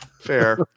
fair